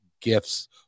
gifts